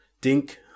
Dink